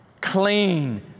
clean